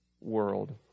world